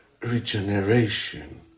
Regeneration